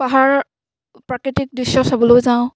পাহাৰ প্ৰাকৃতিক দৃশ্য চাবলৈও যাওঁ